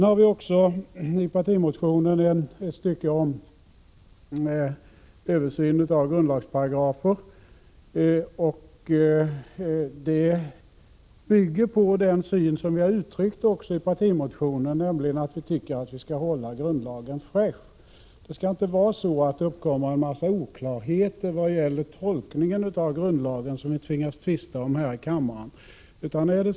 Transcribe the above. Vi har vidare i partimotionen ett stycke angående översyn av grundlagsparagrafer som bygger på den syn som vi ger uttryck för i partimotionen, nämligen att vi skall hålla grundlagen fräsch. Det skall inte behöva uppkomma oklarheter vad gäller tolkningen av grundlagen, som vi tvingas tvista om här i riksdagen.